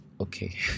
Okay